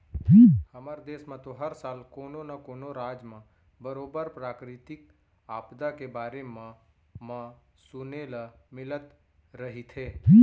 हमर देस म तो हर साल कोनो न कोनो राज म बरोबर प्राकृतिक आपदा के बारे म म सुने ल मिलत रहिथे